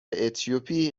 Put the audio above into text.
اتیوپی